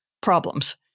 problems